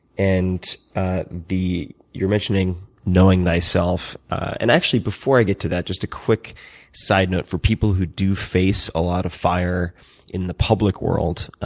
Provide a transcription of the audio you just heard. and you're mentioning knowing thyself, and actually, before i get to that, just a quick side note for people who do face a lot of fire in the public world.